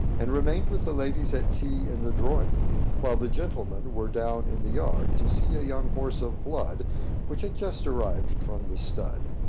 and remained with the ladies at tea in the drawing-room, while the gentlemen were down in the yard, to see a young horse of blood which had just arrived from the stud.